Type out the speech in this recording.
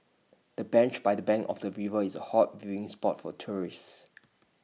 the bench by the bank of the river is A hot viewing spot for tourists